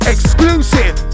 Exclusive